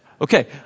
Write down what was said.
Okay